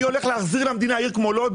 אני הולך להחזיר למדינה עיר כמו לוד,